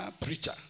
preacher